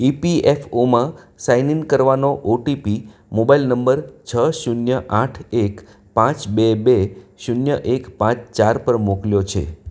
ઈપીએફઓમાં sign in કરવાનો OTP mobile number છ શૂન્ય આઠ એક પાંચ બે બે શૂન્ય એક પાંચ ચાર પર મોકલ્યો છે